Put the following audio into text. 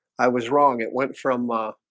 i was wrong it went from